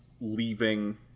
leaving